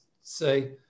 say